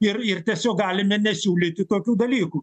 ir ir tiesiog galime nesiūlyti tokių dalykų